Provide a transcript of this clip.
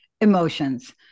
emotions